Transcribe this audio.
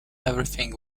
everything